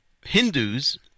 Hindus